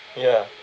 ya